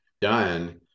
done